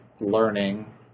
Learning